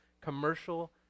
commercial